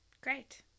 Great